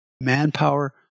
manpower